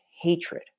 hatred